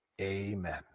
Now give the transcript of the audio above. Amen